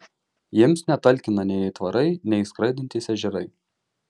jiems netalkina nei aitvarai nei skraidantys ežerai